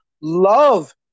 love